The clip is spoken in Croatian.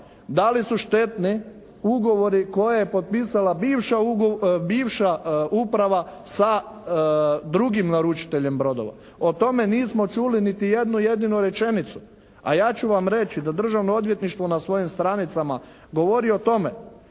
da li su štetni ugovori koje je potpisala bivša uprava sa drugim naručiteljem brodova. O tome nismo čuli niti jednu jedinu rečenicu. A ja ću vam reći da Državno odvjetništvo na svojim stranicama govori o tome